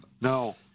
No